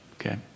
okay